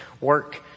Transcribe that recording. work